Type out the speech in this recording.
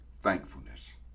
thankfulness